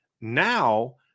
Now